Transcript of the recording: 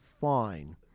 fine